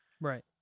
Right